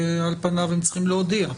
על פניו הם צריכים להודיע.